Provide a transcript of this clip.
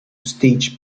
stage